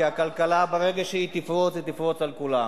כי הכלכלה, ברגע שהיא תפרוץ, היא תפרוץ על כולם.